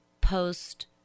post